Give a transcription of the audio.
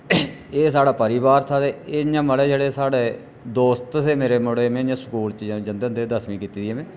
एह् साढ़ा परोआर हा ते एह् इ'यां मतलब जेह्ड़े साढ़े दोस्त हे मेरे मुड़े में इ'यां स्कूल च जंदे होंदे हे दसमीं कीती दी ऐ में